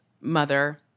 mother